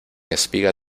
espiga